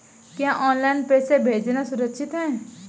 क्या ऑनलाइन पैसे भेजना सुरक्षित है?